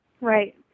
Right